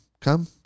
come